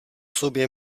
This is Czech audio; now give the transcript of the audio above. sobě